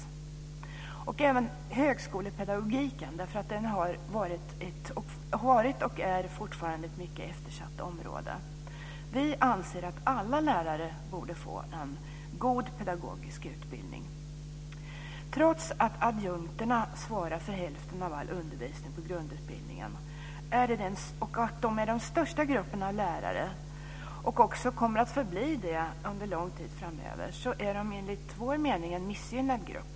Det gäller även högskolepedagogiken, för den har varit och är fortfarande ett mycket eftersatt område. Vi anser att alla lärare borde få en god pedagogisk utbildning. Trots att adjunkterna svarar för hälften av all undervisning på grundutbildningarna - de är den största gruppen av lärare och kommer också att förbli det under lång tid framöver - är de enligt vår mening en missgynnad grupp.